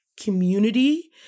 community